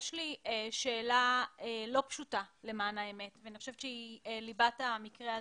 יש לי שאלה לא פשוטה ואני חושבת שהיא ליבת המקרה הזה.